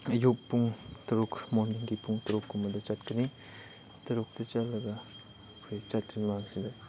ꯑꯌꯨꯛ ꯄꯨꯡ ꯇꯔꯨꯛ ꯃꯣꯔꯅꯤꯡꯒꯤ ꯄꯨꯡ ꯇꯔꯨꯛꯀꯨꯝꯕꯗ ꯆꯠꯀꯅꯤ ꯇꯔꯨꯛꯇ ꯆꯠꯂꯒ ꯑꯩꯈꯣꯏ ꯆꯠꯇ꯭ꯔꯤꯉꯩ ꯃꯔꯛꯁꯤꯗ